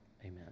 Amen